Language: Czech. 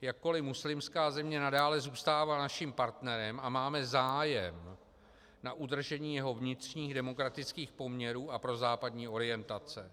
jakkoli muslimská země, nadále zůstává naším partnerem a máme zájem na udržení jeho vnitřních demokratických poměrů a prozápadní orientace.